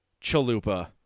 Chalupa